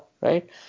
right